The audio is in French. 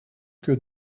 que